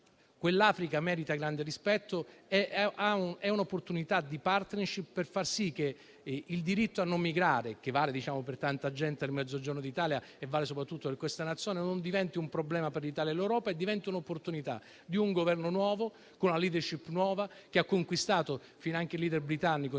che l'Africa meriti grande rispetto; il provvedimento è un'opportunità di *partnership* per far sì che il diritto a non migrare, che vale per tanta gente del Mezzogiorno d'Italia e soprattutto per questa Nazione, non diventi un problema per l'Italia e l'Europa, ma diventi un'opportunità per un Governo nuovo, con una *leadership* nuova, che ha conquistato finanche il *leader* britannico,